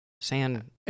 sand